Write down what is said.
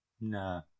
No